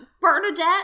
Bernadette